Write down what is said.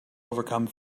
overcome